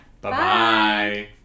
Bye-bye